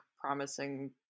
promising